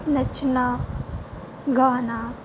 ਨੱਚਣਾ ਗਾਉਣਾ